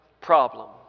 problem